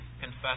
confess